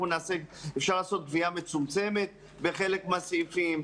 אפשר לעשות גבייה מצומצמת בחלק מהסעיפים,